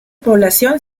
población